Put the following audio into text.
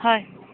হয়